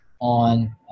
on